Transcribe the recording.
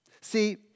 See